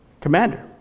commander